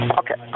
okay